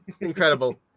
incredible